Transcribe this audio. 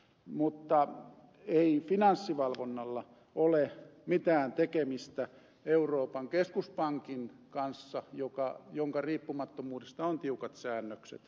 mutta ei finanssivalvonnalla ole mitään tekemistä euroopan keskuspankin kanssa jonka riippumattomuudesta on tiukat säännökset